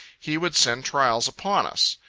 he would send trials upon us.